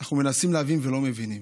אנחנו מנסים להבין ולא מבינים.